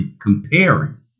comparing